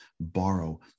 borrow